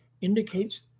indicates